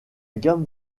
gamme